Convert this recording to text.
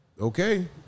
okay